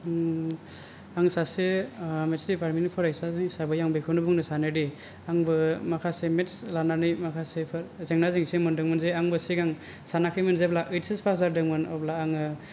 आं सासे मेटस डिपारमेन्ट नि फरायसा हिसाबै आं बेखौनो बुंनो सानोदि आंबो माखासे मेटस लानानै माखासेफोर जेंना जेंसि मोनदोंमोन जे आंबो सिगां सानाखैमोन जेब्ला ओइस एस फास जादोंमोन अब्ला आङो